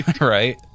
right